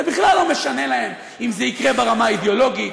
בכלל לא משנה להם אם זה יקרה ברמה האידיאולוגית,